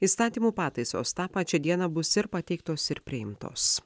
įstatymų pataisos tą pačią dieną bus ir pateiktos ir priimtos